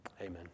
Amen